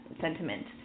sentiment